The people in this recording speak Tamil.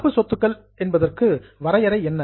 நடப்பு சொத்துக்கள் என்பதற்கு டெபனிஷன் வரையறை என்ன